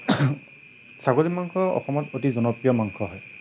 ছাগলীৰ মাংস অসমত অতি জনপ্ৰিয় মাংস হয়